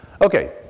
Okay